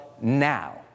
now